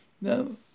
No